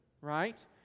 right